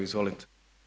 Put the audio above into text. Izvolite.